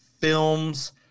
films